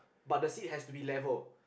but the seat has to be level